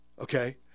Okay